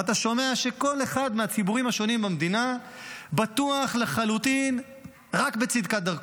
ואתה שומע שכל אחד מהציבורים השונים המדינה בטוח לחלוטין רק בצדקת דרכו.